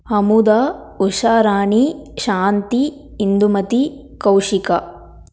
Amudha Usharani Shanthi Indumathi Kausika